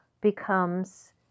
becomes